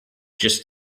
just